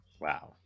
Wow